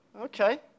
Okay